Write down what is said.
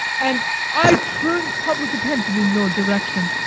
and i turned public attention in your direction.